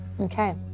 Okay